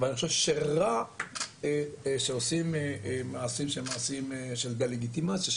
ואני חושב שרע שעושים מעשים של דה לגיטימציה,